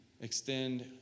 extend